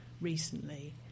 recently